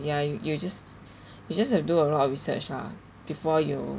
ya you you just you just have to do a lot of research lah before you